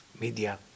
media